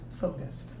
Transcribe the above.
focused